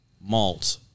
malt